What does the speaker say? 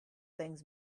things